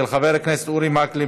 של חברי הכנסת אורי מקלב,